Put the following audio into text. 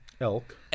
elk